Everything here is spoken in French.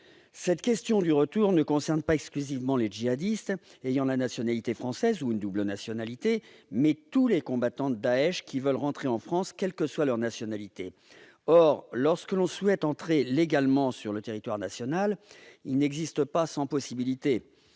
Cette question du retour ne concerne pas exclusivement les djihadistes ayant la nationalité française ou une double nationalité, mais touche tous les combattants de Daech qui veulent entrer en France, quelle que soit leur nationalité. Or, pour entrer légalement sur le territoire national, il n'existe pas cent possibilités.